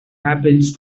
happens